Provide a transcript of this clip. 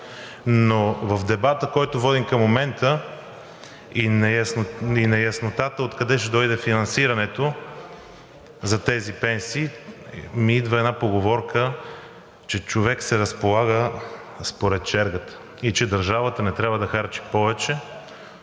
Но в дебата, който водим към момента и неяснотата откъде ще дойде финансирането за тези пенсии, ми идва една поговорка, че човек се разполага според чергата и че държавата не трябва да харчи повече,